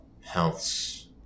Health's